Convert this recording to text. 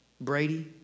Brady